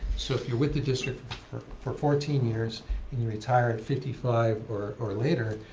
so if you're with the district for fourteen years and you retire at fifty five or later,